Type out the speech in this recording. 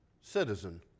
citizen